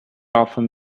often